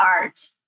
art